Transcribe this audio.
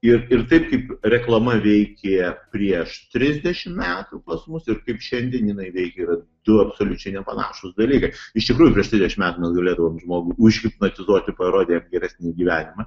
ir ir taip kaip reklama veikė prieš trisdešimt metų pas mus ir kaip šiandien jinai veikia yra du absoliučiai nepanašūs dalykai iš tikrųjų prieš trisdešimt metų mes galėdavom žmogų užhipnotizuoti parodę geresnį gyvenimą